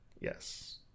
Yes